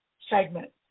segment